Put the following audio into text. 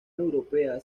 europea